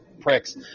pricks